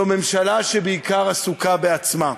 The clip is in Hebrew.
זו ממשלה שבעיקר עסוקה בעצמה.